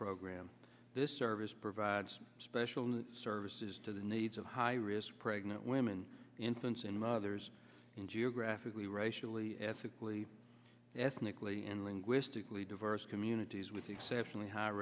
program this service provides special services to the needs of high risk pregnant women infants and mothers in geographically racially ethnically ethnically and linguistically diverse communities with exceptionally high